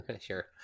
Sure